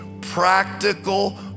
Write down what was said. practical